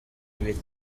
ibiri